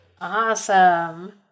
Awesome